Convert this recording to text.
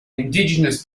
indigenous